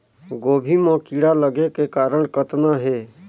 गोभी म कीड़ा लगे के कारण कतना हे?